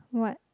what